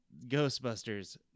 Ghostbusters